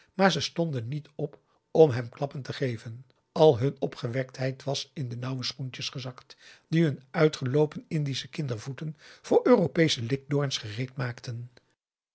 maar ze stonden niet op om hem klappen te geven al hun opgewektheid was in de nauwe schoentjes gezakt die hun uitgeloopen indische kindervoeten voor europeesche likdoorns gereed maakten